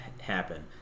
happen